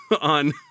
on